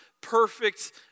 perfect